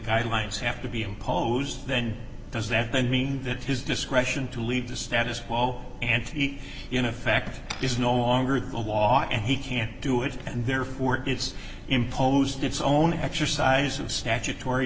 guidelines have to be imposed then does that then mean that his discretion to leave the status quo ante in effect is no longer the law and he can't do it and therefore it's imposed its own exercise of statutory